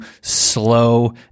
slow